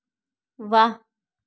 वाह